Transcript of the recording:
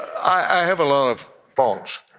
i have a lot of faults,